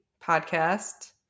podcast